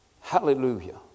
Hallelujah